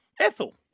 Ethel